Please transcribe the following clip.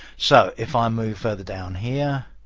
so if i move further down here,